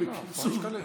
עשרה שקלים.